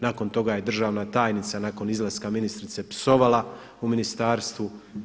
Nakon toga je državna tajnica nakon izlaska ministrice psovala u ministarstvu.